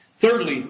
Thirdly